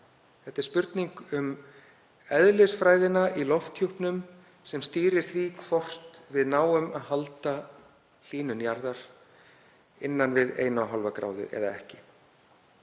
Þetta er spurning um eðlisfræðina í lofthjúpnum sem stýrir því hvort við náum að halda hlýnun jarðar innan við 1,5° eða ekki.